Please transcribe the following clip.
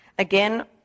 Again